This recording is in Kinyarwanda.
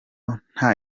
nta